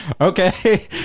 Okay